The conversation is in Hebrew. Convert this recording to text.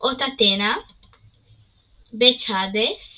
אות אתנה בית האדס